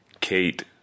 Kate